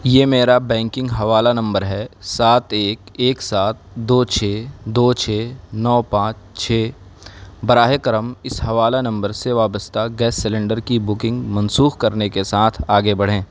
یہ میرا بینکنگ حوالہ نمبر ہے سات ایک ایک سات دو چھ دو چھ نو پانچ چھ براہ کرم اس حوالہ نمبر سے وابستہ گیس سلنڈر کی بکنگ منسوخ کرنے کے ساتھ آگے بڑھیں